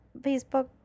Facebook